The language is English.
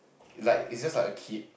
like is just like a kid